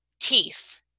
teeth